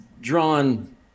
drawn